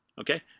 Okay